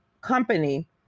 company